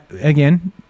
Again